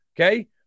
Okay